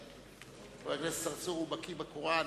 חבר הכנסת צרצור בקי בקוראן,